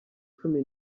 cumi